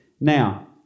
Now